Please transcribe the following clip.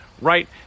right